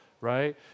right